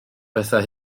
pethau